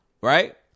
right